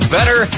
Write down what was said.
Better